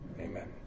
Amen